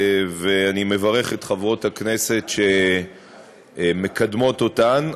ואני מברך את חברות הכנסת שמקדמות אותן.